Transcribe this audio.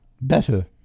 better